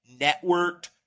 networked